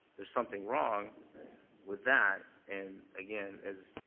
there's something wrong with that, and, again, as